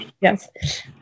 Yes